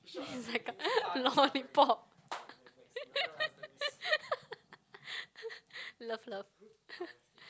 it's like a lollipop love love